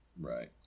Right